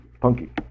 Punky